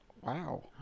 Wow